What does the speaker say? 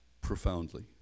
profoundly